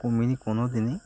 কমেনি কোনো দিনই